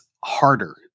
harder